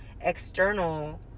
external